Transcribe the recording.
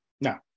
No